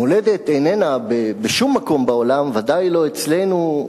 מולדת איננה בשום מקום בעולם, ודאי שלא אצלנו,